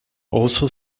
also